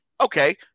okay